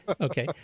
Okay